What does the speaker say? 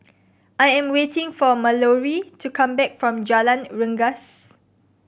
I am waiting for Mallorie to come back from Jalan Rengas